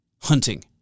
hunting